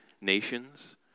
nations